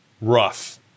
Rough